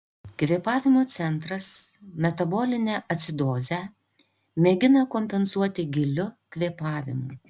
kvėpavimo centras metabolinę acidozę mėgina kompensuoti giliu kvėpavimu